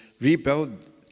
rebuild